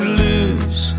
lose